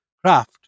craft